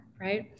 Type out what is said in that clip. right